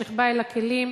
נחבא אל הכלים,